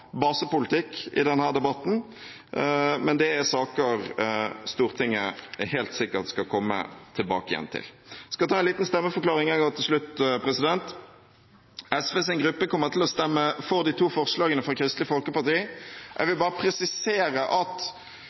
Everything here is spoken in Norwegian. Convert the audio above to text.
basepolitikk i denne debatten, men det er saker Stortinget helt sikkert skal komme tilbake igjen til. Jeg skal ta en liten stemmeforklaring til slutt. SVs gruppe kommer til å stemme for de to forslagene fra Kristelig Folkeparti. Jeg vil bare presisere at